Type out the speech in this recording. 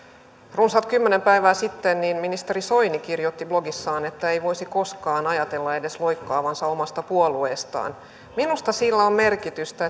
runsaat kymmenen päivää sitten ministeri soini kirjoitti blogissaan ettei voisi koskaan edes ajatella loikkaavansa omasta puolueestaan minusta sillä on merkitystä